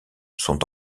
sont